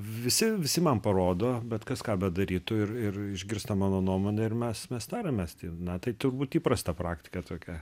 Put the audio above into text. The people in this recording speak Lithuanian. visi visi man parodo bet kas ką bedarytų ir ir išgirsta mano nuomonę ir mes mes tariamės tai na tai turbūt įprasta praktika tokia